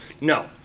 No